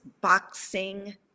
boxing